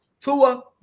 tua